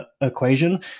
equation